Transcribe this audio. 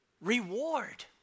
reward